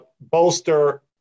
bolster